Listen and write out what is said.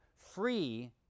Free